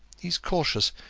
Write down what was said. he is cautious.